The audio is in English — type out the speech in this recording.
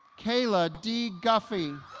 kayla d. guffey